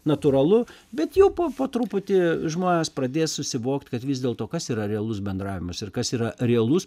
natūralu bet jau po po truputį žmonės pradės susivokt kad vis dėlto kas yra realus bendravimas ir kas yra realus